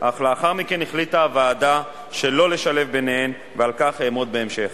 אך לאחר מכן החליטה הוועדה שלא לשלב ביניהן ועל כך אעמוד בהמשך.